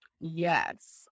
Yes